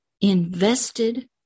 invested